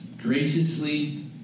graciously